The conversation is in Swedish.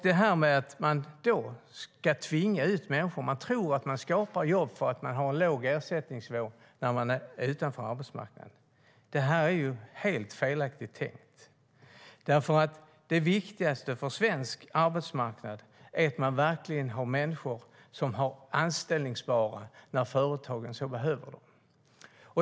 Det här med att man tror att man skapar jobb genom att ha en låg ersättningsnivå för dem som är utanför arbetsmarknaden är ju helt felaktigt tänkt. Det viktigaste för svensk arbetsmarknad är nämligen att det finns människor som är anställningsbara när företagen behöver dem.